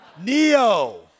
Neo